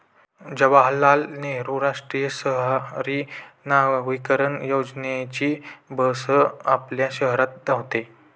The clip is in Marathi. जवाहरलाल नेहरू राष्ट्रीय शहरी नवीकरण योजनेची बस आपल्या शहरात धावते